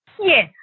Yes